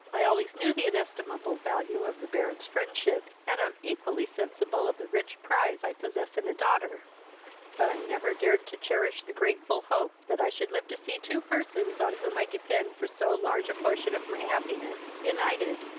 i always knew the inestimable value of the baron's friendship, and am equally sensible of the rich prize i possess in a daughter but i never dared to cherish the grateful hope that i should live to see two persons on whom i depended for so large a portion of my happiness united,